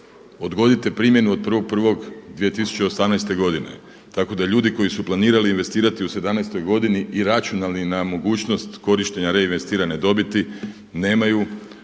odgodite primjenu od 1.1.2018. godine tako da ljudi koji su planirali investirati u 2017. godini i računali na mogućnost korištenja reinvestirane dobiti nemaju